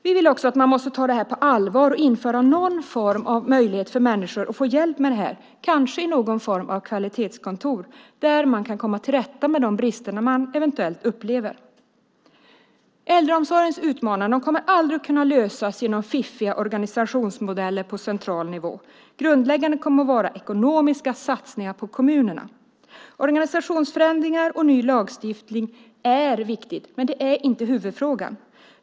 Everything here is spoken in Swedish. Vi säger också att man måste ta detta på allvar och införa någon form av möjlighet för människor att få hjälp med det här, kanske i någon form av kvalitetskontor där det går att komma till rätta med brister som eventuellt upplevs. Frågan om utmaningarna i äldreomsorgen kommer aldrig att kunna lösas genom fiffiga organisationsmodeller på central nivå. Det grundläggande kommer att vara ekonomiska satsningar på kommunerna. Organisationsförändringar och en ny lagstiftning är viktigt men inte huvudfrågan.